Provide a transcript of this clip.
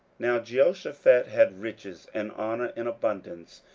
now jehoshaphat had riches and honour in abundance,